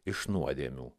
iš nuodėmių